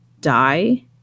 die